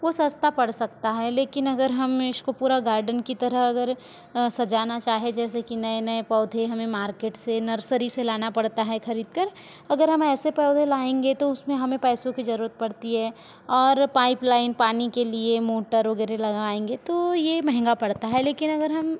वो सस्ता पड़ सकता है लेकिन अगर हम इसको पूरा गार्डन की तरह अगर सजाना चाहे जैसे कि नये नये पौधे हमे मार्केट से नर्सरी से लाना पड़ता है खरीद कर अगर हम ऐसे पौधे लाएंगे तो उसमें हमें पैसों की जरूरत पड़ती है और पाइप लाइन पानी के लिए मोटर वगैरह लगाएंगे तो ये महंगा पड़ता है लेकिन अगर हम